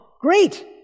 Great